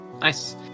nice